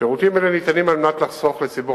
שירותים אלה ניתנים על מנת לחסוך לציבור